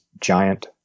giant